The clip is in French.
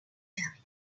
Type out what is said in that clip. fermés